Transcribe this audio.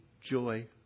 joy